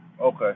Okay